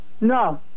No